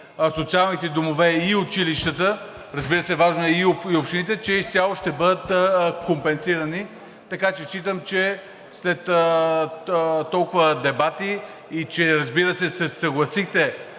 и училищата. Разбира се, важно е и общините, че изцяло ще бъдат компенсирани. Така че считам, че след толкова дебати и че разбира се, се съгласихте